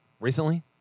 Recently